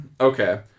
Okay